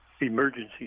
emergency